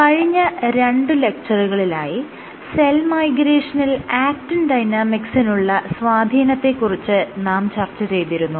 കഴിഞ്ഞ രണ്ട് ലെക്ച്ചറുകളിലായി സെൽ മൈഗ്രേഷനിൽ ആക്റ്റിൻ ഡൈനാമിക്സിനുള്ള സ്വാധീനത്തെ കുറിച്ച് നാം ചർച്ച ചെയ്തിരുന്നു